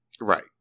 Right